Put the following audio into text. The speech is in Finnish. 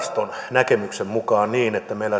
näkemyksen mukaan niin että meillä